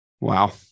Wow